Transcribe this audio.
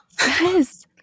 Yes